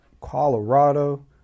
Colorado